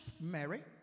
Mary